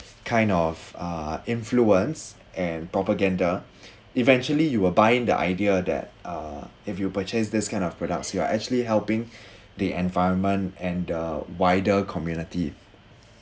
kind of uh influence and propaganda eventually you will buy in the idea that uh if you purchase this kind of products you are actually helping the environment and the wider community